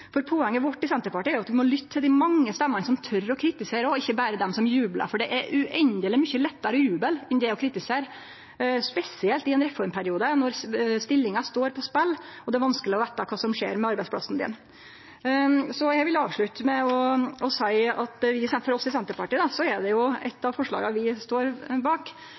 folka. Poenget vårt i Senterpartiet er at vi må lytte til dei mange stemmene som tør å kritisere, og ikkje berre dei som jublar, for det er uendeleg mykje lettare å juble enn å kritisere, spesielt i ein reformperiode, når stillingar står på spel og det er vanskeleg å vite kva som skjer med arbeidsplassen din. Eg vil avslutte med å seie at eit av forslaga vi i Senterpartiet står bak,